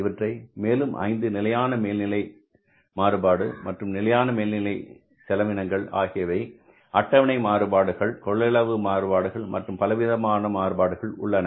இவற்றை மேலும் 5 நிலையான மேல்நிலை மாறுபாடு மற்றும் நிலையான மேல்நிலை செலவினங்கள் ஆகியவை அட்டவணை மாறுபாடுகள் கொள்ளளவு மாறுபாடுகள் மற்றும் பல விதமான மாறுபாடுகள் உள்ளன